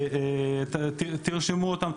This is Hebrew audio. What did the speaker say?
תרשמו אותם,